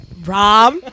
Rob